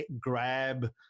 grab